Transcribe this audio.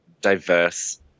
diverse